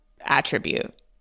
attribute